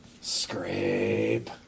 scrape